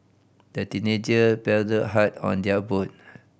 the teenager paddled hard on their boat